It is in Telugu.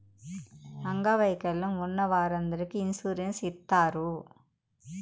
అంగవైకల్యం ఉన్న వారందరికీ ఇన్సూరెన్స్ ఇత్తారు